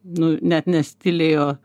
nu net ne stiliai o